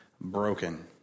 broken